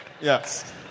Yes